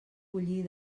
bullir